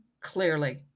clearly